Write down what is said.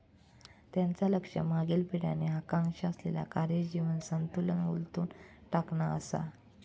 त्यांचा लक्ष मागील पिढ्यांनी आकांक्षा असलेला कार्य जीवन संतुलन उलथून टाकणा असा